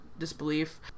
disbelief